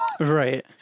Right